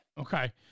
Okay